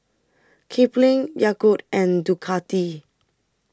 Kipling Yakult and Ducati